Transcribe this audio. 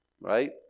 right